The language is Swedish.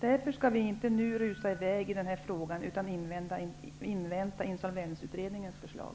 Därför skall vi inte nu rusa i väg i den här frågan utan invänta Insolvensutredningens förslag.